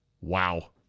Wow